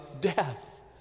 death